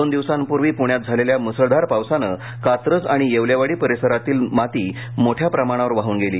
दोन दिवसांपूर्वी पुण्यात झालेल्या मुसळधार पावसाने कात्रज आणि येवलेवाडी परिसरातील माती मोठ्या प्रमाणावर वाहून गेली